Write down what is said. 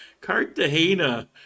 Cartagena